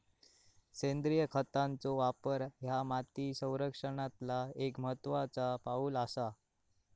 सेंद्रिय खतांचो वापर ह्या माती संरक्षणातला एक महत्त्वाचा पाऊल आसा